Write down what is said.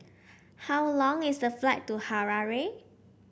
how long is the flight to Harare